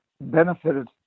benefited